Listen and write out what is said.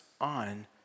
on